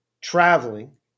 Traveling